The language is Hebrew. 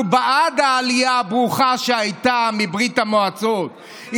אנחנו בעד העלייה הברוכה שהייתה מברית המועצות.